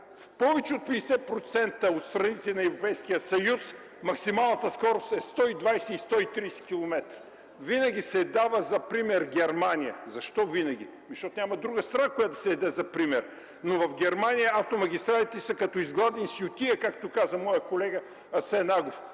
„В повече от 50% от страните на Европейския съюз максималната скорост е 120-130 километра”? Винаги се дава за пример Германия. Защо винаги?! Защото няма друга страна, която да се даде за пример. Но в Германия автомагистралите са като изгладени с ютия, както каза моя колега Асен Агов.